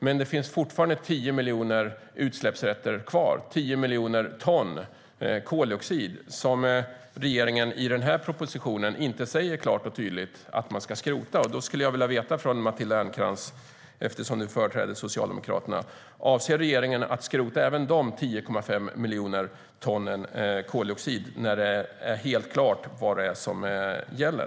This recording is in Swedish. Men det finns fortfarande 10 miljoner utsläppsrätter kvar, 10 miljoner ton koldioxid som regeringen i den här propositionen inte klart och tydligt säger att man ska skrota. Jag skulle vilja veta av Matilda Ernkrans, eftersom hon företräder Socialdemokraterna, om regeringen avser att skrota även dessa 10,5 miljoner ton koldioxid när det är helt klart vad som gäller.